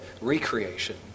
recreation